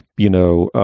you know,